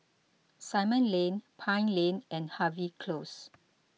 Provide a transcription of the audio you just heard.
Simon Lane Pine Lane and Harvey Close